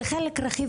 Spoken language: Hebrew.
זה חלק רכיב,